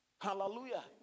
Hallelujah